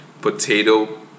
Potato